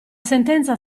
sentenza